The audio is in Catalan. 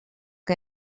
que